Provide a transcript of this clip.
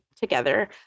together